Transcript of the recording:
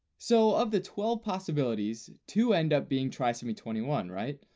so of the twelve possibilities, two end up being trisomy twenty one right?